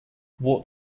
what